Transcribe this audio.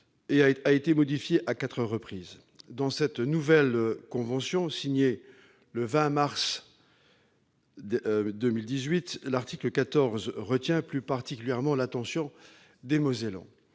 a été modifiée à quatre reprises. Dans cette nouvelle convention, signée le 20 mars 2018, l'article 14 retient plus particulièrement l'attention des Mosellans.